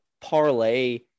parlay